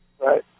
Right